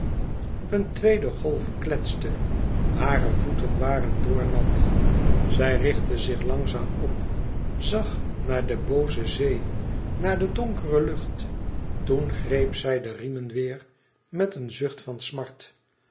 een tweede golf kletste hare voeten waren doornat zij richtte zich langzaam op zag naar de booze zee naar de donkere lucht toen greep zij de riemen weêr met een zucht van smart